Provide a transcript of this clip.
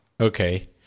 okay